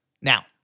Now